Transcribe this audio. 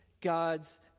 God's